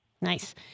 Nice